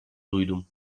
duydum